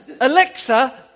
Alexa